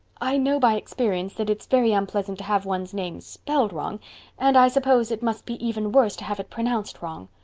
i know by experience that it's very unpleasant to have one's name spelled wrong and i suppose it must be even worse to have it pronounced wrong.